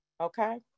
Okay